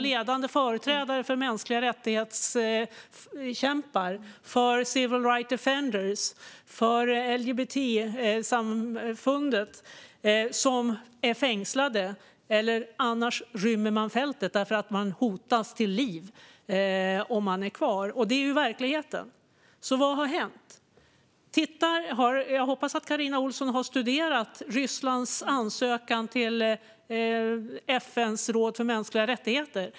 Ledande människorättskämpar och företrädare för Civil Rights Defenders och för LGBT-samfundet är fängslade eller rymmer fältet därför att man hotas till livet om man är kvar. Detta är verkligheten. Så vad har hänt? Jag hoppas att Carina Ohlsson har studerat Rysslands ansökan till FN:s råd för mänskliga rättigheter.